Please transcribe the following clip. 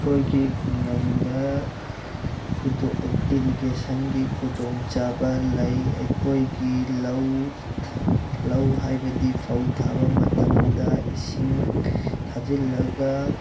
ꯑꯩꯈꯣꯏꯒꯤ ꯈꯨꯡꯒꯪꯗ ꯏꯔꯤꯒꯦꯁꯟꯒꯤ ꯈꯨꯗꯣꯡꯆꯥꯕ ꯂꯩ ꯑꯩꯈꯣꯏꯒꯤ ꯂꯧ ꯂꯧ ꯍꯥꯏꯕꯗꯤ ꯐꯧ ꯊꯥꯕ ꯃꯇꯝꯗ ꯏꯁꯤꯡ ꯊꯥꯖꯤꯜꯂꯒ